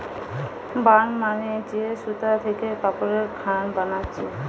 burn মানে যে সুতা থিকে কাপড়ের খান বানাচ্ছে